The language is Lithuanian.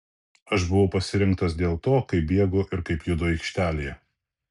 aš buvau pasirinktas dėl to kaip bėgu ir kaip judu aikštelėje